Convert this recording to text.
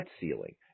ceiling